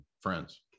friends